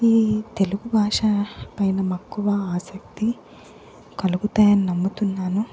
ఈ తెలుగు భాష పైన మక్కువ ఆసక్తి కలుగుతాయని నమ్ముతున్నాను